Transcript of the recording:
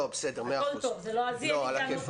זה נכון שזה חשוב